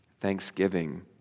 thanksgiving